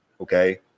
Okay